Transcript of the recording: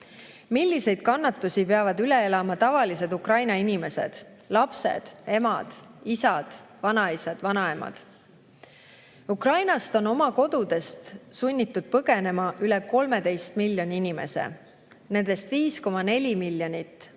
milliseid kannatusi peavad üle elama tavalised Ukraina inimesed – lapsed, emad, isad, vanaisad, vanaemad. Oma kodust on sunnitud põgenema üle 13 miljoni inimese. Neist 5,4 miljonit inimest